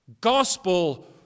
Gospel